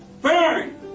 Burn